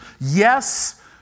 Yes